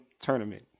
tournament